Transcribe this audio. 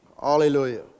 Hallelujah